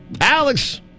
Alex